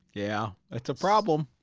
yeah. it's a problem!